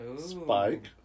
Spike